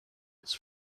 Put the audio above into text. its